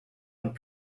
und